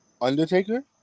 Undertaker